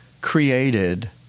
created